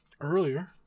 earlier